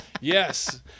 Yes